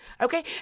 Okay